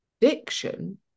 Diction